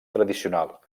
tradicional